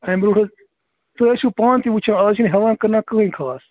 اَمہِ برٛونٛٹھ اوس تُہۍ ٲسِو پانہٕ تہِ وُچھان اَز چھِنہٕ ہٮ۪وان کٕنان کٕہٕنۍ خاص